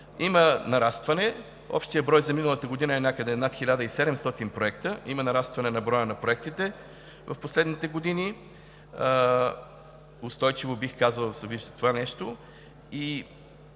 Има нарастване – общият брой за миналата година е някъде над 1700 проекта – на броя на проектите в последните години, устойчиво, бих казал, се вижда това нещо.